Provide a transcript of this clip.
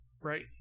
right